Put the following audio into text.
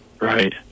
Right